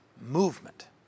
movement